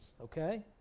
okay